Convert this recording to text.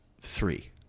three